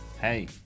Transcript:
hey